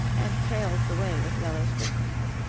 and trails the way with yellow sprinklings.